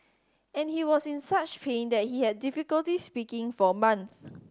and he was in such pain that he had difficulty speaking for a month